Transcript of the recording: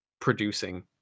producing